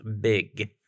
big